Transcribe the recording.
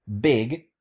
big